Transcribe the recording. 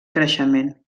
creixement